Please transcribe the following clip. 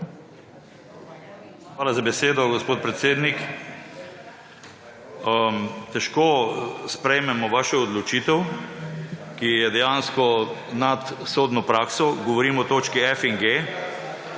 Hvala za besedo, gospod predsednik. Težko sprejmemo vašo odločitev, ki je dejansko nad sodno prakso, govorim o točki f in g.